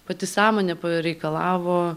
pati sąmonė pareikalavo